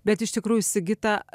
bet iš tikrųjų sigita